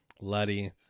Letty